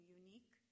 unique